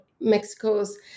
Mexico's